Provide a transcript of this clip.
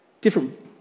Different